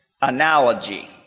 analogy